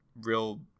real